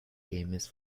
gamers